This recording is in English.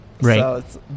Right